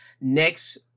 next